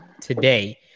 today